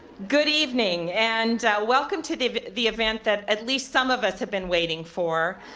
good evening, and welcome to the the event that at least some of us have been waiting for.